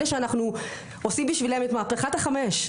אלה שאנחנו עושים בשבילם את מהפכת החמש.